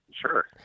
Sure